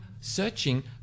searching